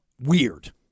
weird